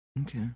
Okay